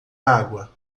água